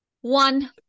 One